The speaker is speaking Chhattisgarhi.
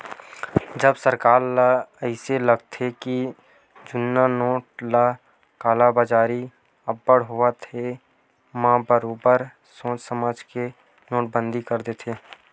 जब सरकार ल अइसे लागथे के जुन्ना नोट के कालाबजारी अब्बड़ होवत हे म बरोबर सोच समझ के नोटबंदी कर देथे